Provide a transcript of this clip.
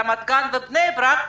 רמת גן ובני ברק,